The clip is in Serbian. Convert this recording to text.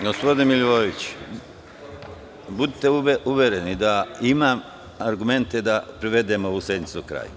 Gospodine Milivojeviću, budite uvereni da imam argumente da privedem ovu sednicu kraju.